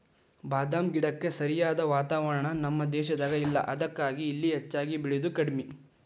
ಬಾದಾಮ ಗಿಡಕ್ಕ ಸರಿಯಾದ ವಾತಾವರಣ ನಮ್ಮ ದೇಶದಾಗ ಇಲ್ಲಾ ಅದಕ್ಕಾಗಿ ಇಲ್ಲಿ ಹೆಚ್ಚಾಗಿ ಬೇಳಿದು ಕಡ್ಮಿ